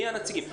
ומי הנציגים?